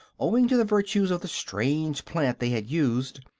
owing to the virtues of the strange plant they had used,